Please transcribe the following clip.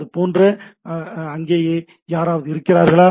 அது ஏதோ அங்கே யாராவது இருக்கிறார்களா